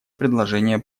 предложение